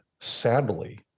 sadly